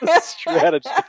strategy